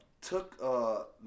took